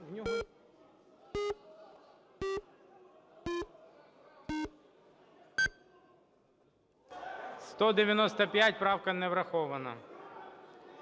правка не врахована.